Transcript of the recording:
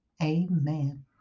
amen